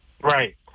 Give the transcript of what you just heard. Right